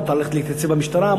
מותר לו להתייצב במשטרה.